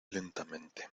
lentamente